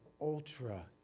ultra